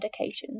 medications